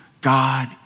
God